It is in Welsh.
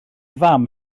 fam